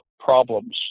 Problems